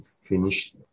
finished